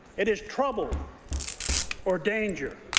it is trouble or danger.